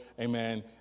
Amen